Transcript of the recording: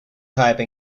type